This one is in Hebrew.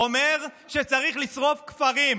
אומר שצריך לשרוף כפרים.